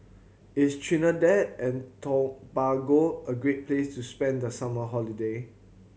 is Trinidad and Tobago a great place to spend the summer holiday